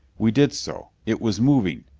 we did so. it was moving,